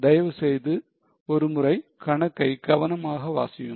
தயவுசெய்து ஒரு முறை கணக்கை கவனமாக வாசியுங்கள்